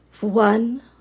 one